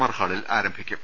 R ഹാളിൽ ആരംഭിക്കും